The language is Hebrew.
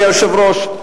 אדוני היושב-ראש,